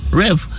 rev